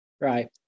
Right